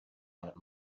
planet